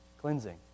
Cleansing